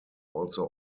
also